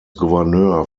gouverneur